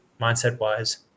mindset-wise